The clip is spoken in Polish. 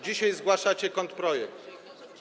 Dzisiaj zgłaszacie kontrprojekt.